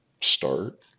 start